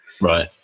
Right